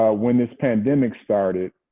ah when this pandemic started,